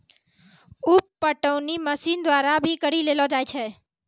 उप पटौनी मशीन द्वारा भी करी लेलो जाय छै